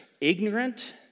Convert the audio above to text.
ignorant